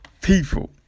people